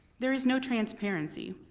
there is no transparency.